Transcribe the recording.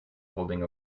holding